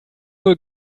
wohl